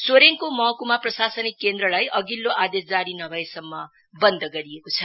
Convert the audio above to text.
सोरेङको महकुमा प्रशासनिक केन्द्रलाई अधिल्लो आदेश जारी नभएसम्म बन्द गरिएको छ